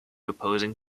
opposing